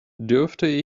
dürfte